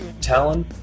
Talon